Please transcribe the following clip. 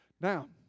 Now